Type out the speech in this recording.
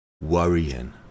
worrying